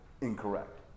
incorrect